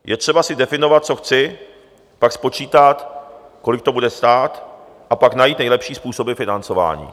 Je třeba si definovat, co chci, pak spočítat, kolik to bude stát, a pak najít nejlepší způsoby financování.